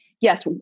yes